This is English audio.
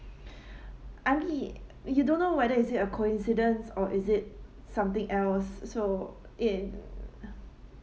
I mean you don't know whether is it a coincidence or is it something else so in uh